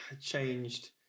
changed